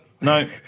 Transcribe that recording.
No